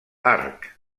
arc